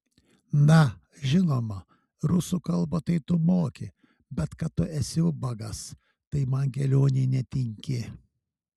na žinoma rusų kalbą tai tu moki bet kad tu esi ubagas tai man kelionei netinki